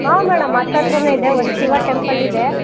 ಆಂ madam ಹತ್ ಹತ್ರನೇ ಇದೆ ಒಂದು ಶಿವ ಟೆಂಪಲ್ ಇದೆ